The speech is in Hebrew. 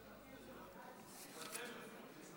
הוא בטלפון.